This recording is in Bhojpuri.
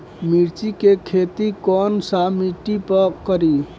मिर्ची के खेती कौन सा मिट्टी पर करी?